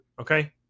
Okay